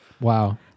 Wow